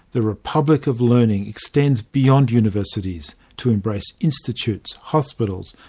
the republic of learning extends beyond universities to embrace institutes, hospitals,